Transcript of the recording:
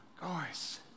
Guys